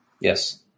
Yes